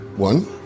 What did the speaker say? One